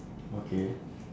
okay